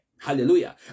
Hallelujah